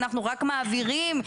רק מעבירים,